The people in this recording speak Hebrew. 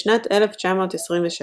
בשנת 1923